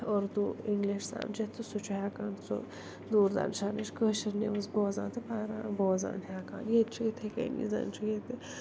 Urdu English سمجِتھ تہٕ سُہ چھُ ہٮ۪کان سُہ دوٗر درشنٕچ کٲشٕر نِوٕز بوزان تہٕ پَران بوزان ہٮ۪کان ییٚتہِ چھُ یِتھَے کٔنی زن چھُ ییٚتہِ